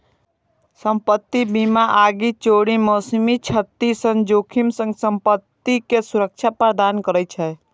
संपत्ति बीमा आगि, चोरी, मौसमी क्षति सन जोखिम सं संपत्ति कें सुरक्षा प्रदान करै छै